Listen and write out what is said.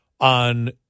on